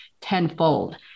tenfold